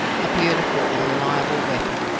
a beautiful and reliable weapon,